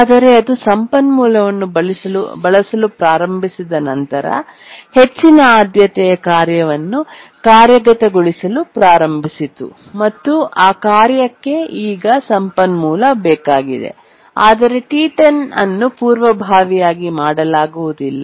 ಆದರೆ ಅದು ಸಂಪನ್ಮೂಲವನ್ನು ಬಳಸಲು ಪ್ರಾರಂಭಿಸಿದ ನಂತರ ಹೆಚ್ಚಿನ ಆದ್ಯತೆಯ ಕಾರ್ಯವನ್ನು ಕಾರ್ಯಗತಗೊಳಿಸಲು ಪ್ರಾರಂಭಿಸಿತು ಮತ್ತು ಆ ಕಾರ್ಯಕ್ಕೆ ಈಗ ಸಂಪನ್ಮೂಲ ಬೇಕಾಗಿದೆ ಆದರೆ T10 ಅನ್ನು ಪೂರ್ವಭಾವಿಯಾಗಿ ಮಾಡಲಾಗುವುದಿಲ್ಲ